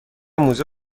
موزه